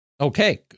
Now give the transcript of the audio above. okay